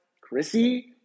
Chrissy